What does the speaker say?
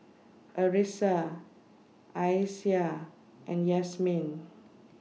Arissa Aisyah and Yasmin